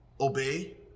obey